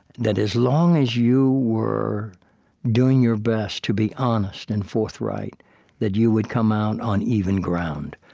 that as long as you were doing your best to be honest and forthright that you would come out on even ground.